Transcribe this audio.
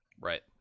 right